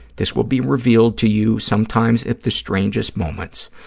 this will be revealed to you sometimes at the strangest moments.